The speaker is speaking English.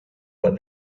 what